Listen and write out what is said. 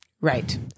Right